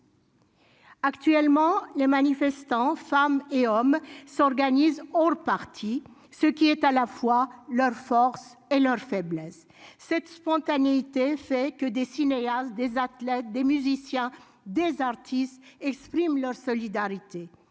Actuellement, les manifestants, femmes et hommes s'organise, parti ce qui est à la fois leurs forces et leurs faiblesses cette spontanéité fait que des cinéastes, des athlètes, des musiciens, des artistes expriment leur solidarité